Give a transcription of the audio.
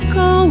go